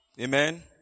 Amen